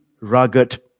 rugged